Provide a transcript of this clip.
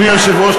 אדוני היושב-ראש,